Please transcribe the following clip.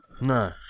No